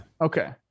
Okay